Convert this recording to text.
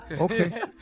okay